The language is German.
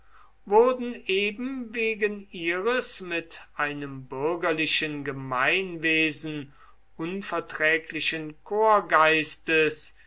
wurden eben wegen ihres mit einem bürgerlichen gemeinwesen